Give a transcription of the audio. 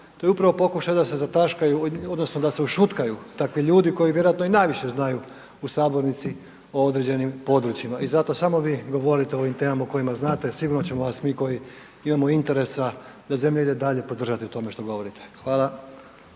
to je upravo pokušaj da se zataškaju odnosno da se ušutkaju takvi ljudi koji vjerojatno i najviše znaju u sabornici o određenim područjima i zato samo vi govorite o ovim temama o kojima znate, sigurno ćemo vas mi koji imamo interesa da zemlja ide dalje, podržati u tome što govorite. Hvala.